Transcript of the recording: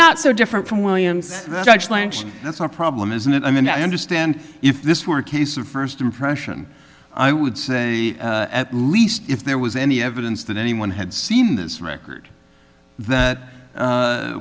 not so different from williams that's our problem isn't it i mean i understand if this were a case of first impression i would say at least if there was any evidence that anyone had seen this record that